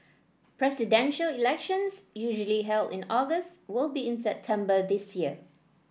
Presidential Elections usually held in August will be in September this year